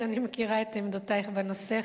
אני מכירה את עמדותייך בנושא,